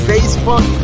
Facebook